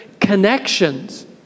connections